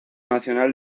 nacional